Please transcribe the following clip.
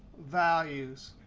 values.